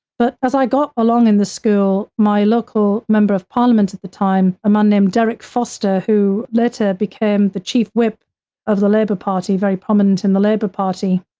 but as i got along in the school, my local member of parliament at the time, a man named derek foster, who later became the chief whip of the labour party, very prominent in the labour party,